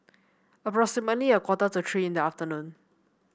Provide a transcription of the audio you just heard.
approximately a quarter to three in the afternoon